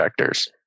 vectors